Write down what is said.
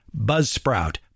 Buzzsprout